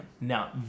Now